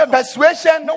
persuasion